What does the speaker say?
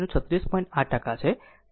8 ટકા છે તે v 0 યોગ્ય છે